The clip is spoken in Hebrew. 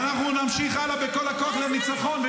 ואנחנו נמשיך הלאה בכל הכוח לניצחון -- שמענו על הניצחון שלכם.